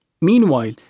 Meanwhile